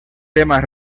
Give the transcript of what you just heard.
temas